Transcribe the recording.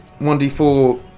1d4